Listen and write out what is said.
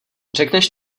řekneš